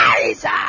Jesus